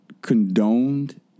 condoned